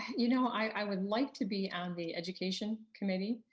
you know i would like to be on the education committee.